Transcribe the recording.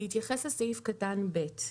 בהתייחס לסעיף קטן (ב):